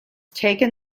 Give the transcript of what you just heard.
taken